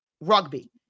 rugby